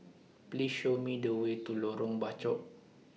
Please Show Me The Way to Lorong Bachok